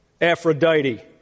Aphrodite